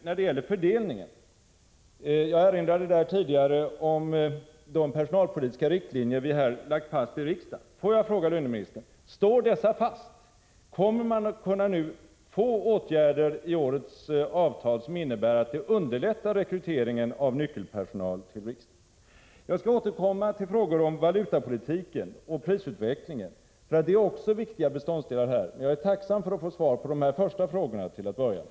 När det gäller fördelningen erinrade jag tidigare om de personalpolitiska riktlinjer vi har lagt fast i riksdagen. Får jag fråga löneministern: Står dessa fast? Kommer åtgärder att vidtas i årets avtal som innebär att rekryteringen av nyckelpersonal till riksdagen underlättas? Jag skall återkomma till frågor om valutapolitiken och prisutvecklingen. Det är också viktiga beståndsdelar av denna debatt. Men jag skulle vara tacksam för att få svar på de första frågorna till att börja med.